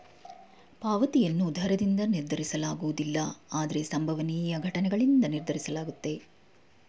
ಪಾವತಿಯನ್ನು ದರದಿಂದ ನಿರ್ಧರಿಸಲಾಗುವುದಿಲ್ಲ ಆದ್ರೆ ಸಂಭವನೀಯ ಘಟನ್ಗಳಿಂದ ನಿರ್ಧರಿಸಲಾಗುತ್ತೆ